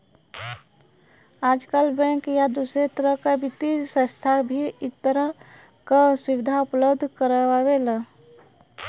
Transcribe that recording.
आजकल बैंक या दूसरे तरह क वित्तीय संस्थान भी इ तरह क सुविधा उपलब्ध करावेलन